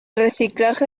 reciclaje